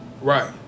right